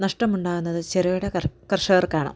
നഷ്ടമുണ്ടാകുന്നത് ചെറുകിട കർഷ കർഷകർക്കാണ്